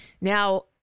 Now